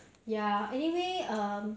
ya anyway um